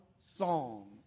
song